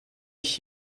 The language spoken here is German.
ich